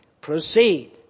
proceed